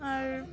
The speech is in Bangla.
আর